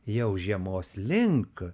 jau žiemos link